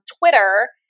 Twitter